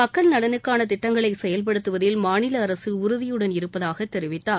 மக்கள் நலனுக்கான திட்டங்களை செயல்படுத்துவதில் மாநில அரசு உறுதியுடன் இருப்பதாக தெரிவித்தார்